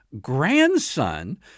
grandson